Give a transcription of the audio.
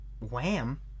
wham